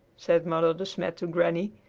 said mother de smet to granny.